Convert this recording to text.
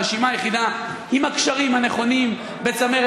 הרשימה היחידה עם הקשרים הנכונים בצמרת